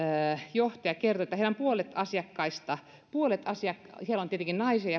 johtaja kertoi että puolella heidän asiakkaistaan siellä on tietenkin naisia